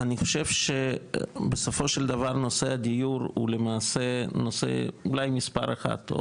אני חושב בסופו של דבר נושא הדיור הוא למעשה נושא אולי מספר אחת,